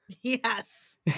Yes